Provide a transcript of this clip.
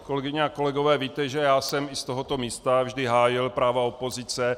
Kolegyně a kolegové, víte, že já jsem z tohoto místa vždy hájil práva opozice.